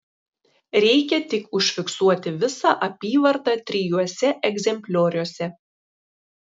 reikia tik užfiksuoti visą apyvartą trijuose egzemplioriuose